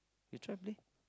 you try play